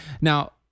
Now